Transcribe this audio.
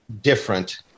different